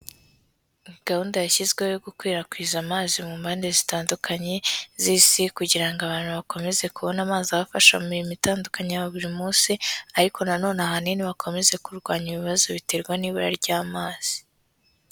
Gahunda yashyizweho yo gukwirakwiza amazi mu mpande zitandukanye z'Isi kugira ngo abantu bakomeze kubona amazi abafasha mu mirimo itandukanye ya buri munsi, ariko nanone ahanini bakomeze kurwanya ibibazo biterwa n'ibura ry'amazi.